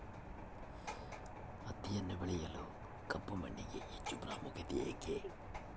ಹತ್ತಿಯನ್ನು ಬೆಳೆಯಲು ಕಪ್ಪು ಮಣ್ಣಿಗೆ ಹೆಚ್ಚು ಪ್ರಾಮುಖ್ಯತೆ ಏಕೆ?